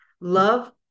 Love